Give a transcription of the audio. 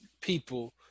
people